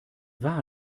war